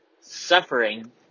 suffering